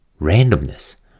randomness